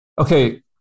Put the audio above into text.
Okay